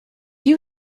you